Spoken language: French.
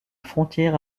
frontière